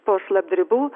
po šlapdribų